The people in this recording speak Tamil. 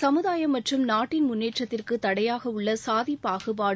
சமுதாயம் மற்றும் நாட்டின் முன்னேற்றத்திற்கு தடையாக உள்ள சாதிப் பாகுபாடு